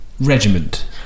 Regiment